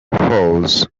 hosts